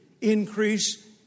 increase